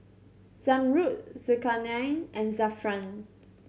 Zamrud Zulkarnain and Zafran